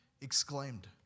exclaimed